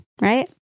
right